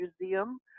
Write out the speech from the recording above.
museum